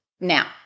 now